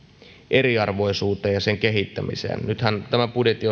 eriarvoisuuteen ja sen kehittämiseen nythän tämän budjetin